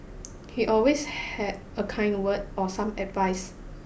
he always had a kind word or some advice